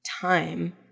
time